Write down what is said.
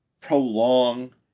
prolong